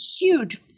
huge